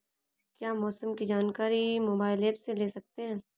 क्या मौसम की जानकारी मोबाइल ऐप से ले सकते हैं?